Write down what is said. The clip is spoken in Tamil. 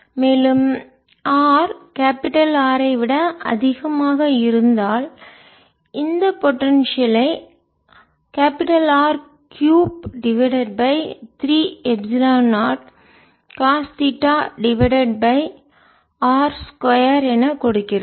மேலும் r கேபிடல் R ஐ விட அதிகமாக இருந்தால் இந்த பொடென்சியல் ஐ R கியூப் டிவைடட் பை 3எப்சிலன் naught cos theta divided by r 2 என கொடுக்கிறது